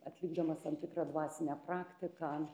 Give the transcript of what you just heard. atlikdamas tam tikrą dvasinę praktiką